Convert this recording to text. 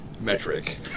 metric